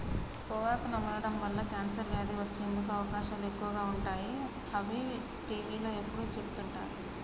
పొగాకు నమలడం వల్ల కాన్సర్ వ్యాధి వచ్చేందుకు అవకాశాలు ఎక్కువగా ఉంటాయి అని టీవీలో ఎప్పుడు చెపుతుంటారు